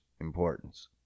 importance